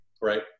right